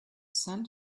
sand